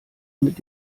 mit